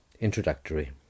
Introductory